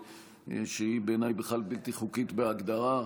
שהיא בעיניי בכלל בלתי חוקית בהגדרה.